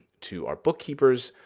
to our bookkeeper's,